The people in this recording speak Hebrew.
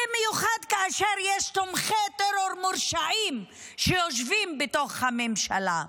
במיוחד כאשר יש תומכי טרור מורשעים שיושבים בתוך הממשלה.